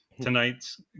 tonight's